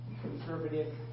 conservative